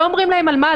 לא אומרים להם על מה,